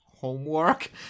homework